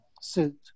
suit